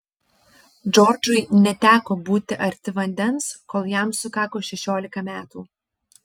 džordžui neteko būti arti vandens kol jam sukako šešiolika metų